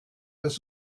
auf